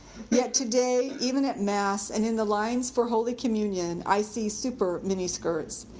yet today, even at mass and in the lines for holy communion, i see super mini-skirts,